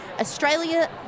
australia